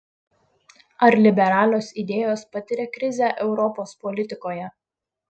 ar liberalios idėjos patiria krizę europos politikoje